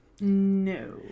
No